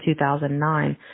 2009